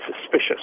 suspicious